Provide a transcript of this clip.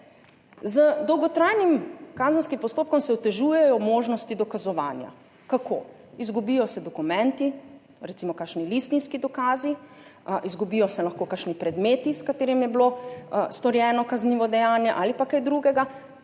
Z dolgotrajnim kazenskim postopkom se otežujejo možnosti dokazovanja. Kako? Izgubijo se dokumenti, recimo kakšni listinski dokazi, izgubijo se lahko kakšni predmeti, s katerimi je bilo storjeno kaznivo dejanje ali pa kaj drugega,